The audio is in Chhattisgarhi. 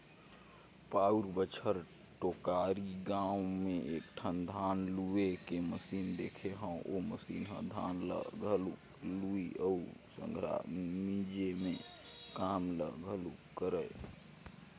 पउर बच्छर टेकारी गाँव में एकठन धान लूए के मसीन देखे हंव ओ मसीन ह धान ल घलोक लुवय अउ संघरा मिंजे के काम ल घलोक करय